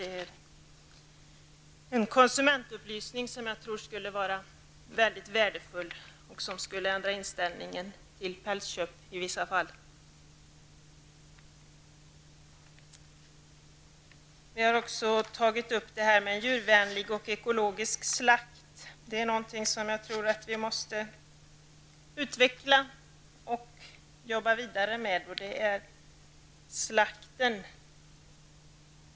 Det är en konsumentupplysning som jag tror skulle vara väldigt värdefull och som nog i vissa fall skulle ändra inställningen till pälsköp. Vi har också tagit upp frågan om djurvänlig och ekologisk slakt. Något som jag tror att vi måste utveckla och arbeta vidare med är slakten.